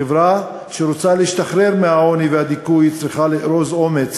חברה שרוצה להשתחרר מהעוני ומהדיכוי צריכה לאזור אומץ